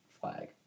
flag